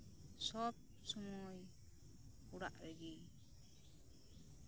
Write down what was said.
ᱥᱚᱵᱽ ᱥᱚᱢᱚᱭ ᱚᱲᱟᱜ ᱨᱮᱜᱮᱭ